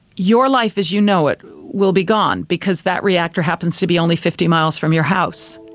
your life as you know it will be gone, because that reactor happens to be only fifty miles from your house.